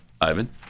Ivan